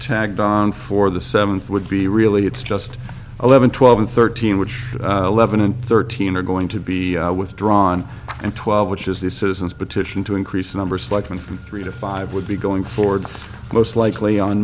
tagged on for the seventh would be really it's just eleven twelve and thirteen which levin and thirteen are going to be withdrawn and twelve which is the citizens petition to increase the number selection from three to five would be going forward most likely on